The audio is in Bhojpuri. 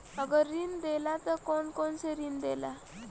अगर ऋण देला त कौन कौन से ऋण देला?